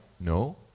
No